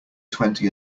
twenty